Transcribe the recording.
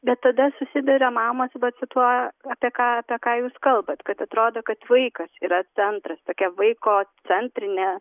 bet tada susiduria mamos vat su tuo apie ką apie ką jūs kalbat kad atrodo kad vaikas yra centras tokia vaiko centrinė